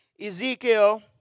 Ezekiel